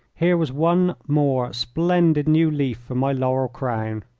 here was one more splendid new leaf for my laurel crown.